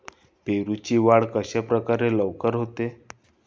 पेरूची वाढ कशाप्रकारे लवकर होते?